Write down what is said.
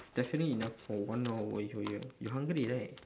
it's definitely enough for one hour while you are here you hungry right